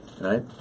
Right